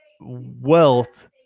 wealth